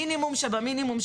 מינימום שבמינימום,